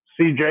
CJ